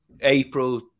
April